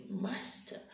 Master